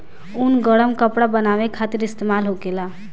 ऊन गरम कपड़ा बनावे खातिर इस्तेमाल होखेला